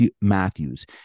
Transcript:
Matthews